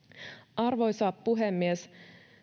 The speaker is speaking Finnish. arvoisa puhemies